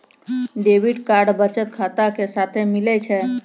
debit card बचत खाता के साथे मिलै छै